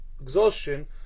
exhaustion